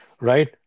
right